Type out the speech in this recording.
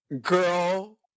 Girl